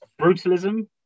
Brutalism